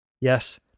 Yes